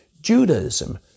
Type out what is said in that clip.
Judaism